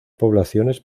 poblaciones